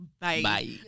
bye